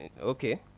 okay